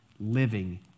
living